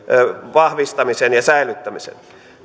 vahvistamisen ja säilyttämisen